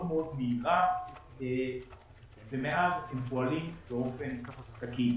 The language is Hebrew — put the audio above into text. מאוד מהירה ומאז הם פועלים באופן תקין.